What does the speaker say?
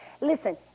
Listen